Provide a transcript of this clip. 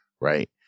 right